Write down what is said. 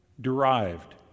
derived